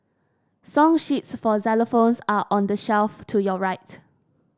song sheets for xylophones are on the shelf to your right